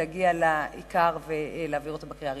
להגיע לעיקר ולהעביר אותו בקריאה הראשונה.